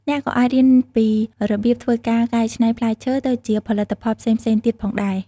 អ្នកក៏អាចរៀនពីរបៀបធ្វើការកែច្នៃផ្លែឈើទៅជាផលិតផលផ្សេងៗទៀតផងដែរ។